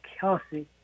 Kelsey